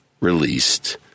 Released